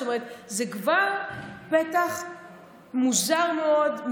זאת אומרת זה כבר פתח מוזר מאוד,